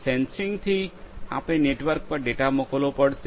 સેન્સિંગથી આપણે નેટવર્ક પર ડેટા મોકલવો પડશે